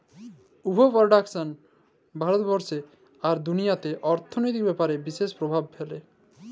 would পরডাকশল ভারতেল্লে আর দুনিয়াল্লে অথ্থলৈতিক ব্যাপারে বিশেষ পরভাব ফ্যালে